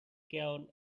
canoe